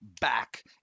back